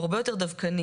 הוא הרבה יותר דווקני.